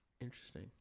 Interesting